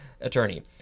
attorney